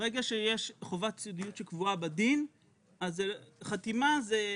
ברגע שיש חובת סודיות שקבועה בדין אז חתימה זו